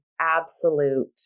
absolute